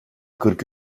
kırk